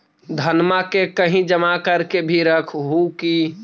धनमा के कहिं जमा कर के भी रख हू की?